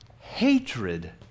Hatred